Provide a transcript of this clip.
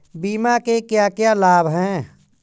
बीमा के क्या क्या लाभ हैं?